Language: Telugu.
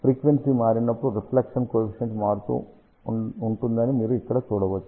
ఫ్రీక్వెన్సీ మారినప్పుడు రిఫ్లెక్షణ్ కోఎఫిషియంట్ మారుతూ ఉంటుందని మీరు ఇక్కడ చూడవచ్చు